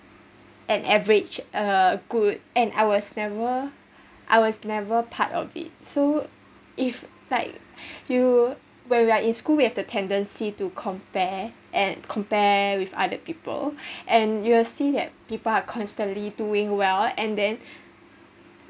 an average uh good and I was never I was never part of it so if like you when we are in school we have the tendency to compare and compare with other people and you'll see that people are constantly doing well and then